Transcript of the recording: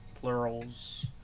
plurals